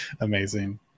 Amazing